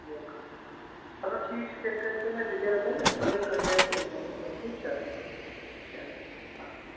بِلکُل بِلکُل چلو ٹھیٖک چھُ تیٚلہِ کٔرِو تُہی مےٚ ڈِٹیل سینٛڈ أسۍ کَرو ییٚتہِ کَنٹیکٹ أسۍ دِمو نَظر ٹھیٖک چھا چلو ٹھیٖک اسلامُ علیکُم